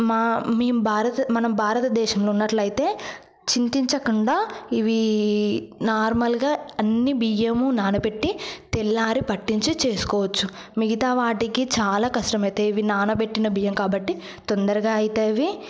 మా మేం భారత మన భారతదేశంలో ఉన్నట్లయితే చింతించకుండా ఇవి నార్మల్గా అన్ని బియ్యము నానబెట్టి తెల్లారి పట్టించి చేసుకోవచ్చు మిగతా వాటికి చాలా కష్టమైతుంది ఇది నానబెట్టిన బియ్యం కాబట్టి తొందరగా అవుతాయి